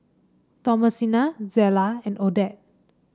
Thomasina Zella and Odette